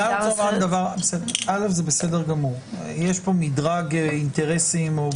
יש כאן מדרג אינטרסים.